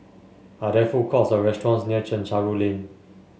are there food courts or restaurants near Chencharu Lane